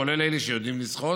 כולל אלו שיודעים לשחות,